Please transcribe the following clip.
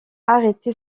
arrêté